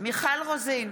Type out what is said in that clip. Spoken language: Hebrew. מיכל רוזין,